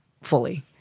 fully